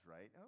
right